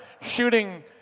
shooting